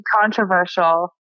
controversial